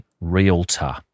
realtor